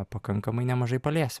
pakankamai nemažai paliesim